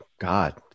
God